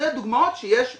אלה דוגמאות שיש מהעולם.